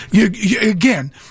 Again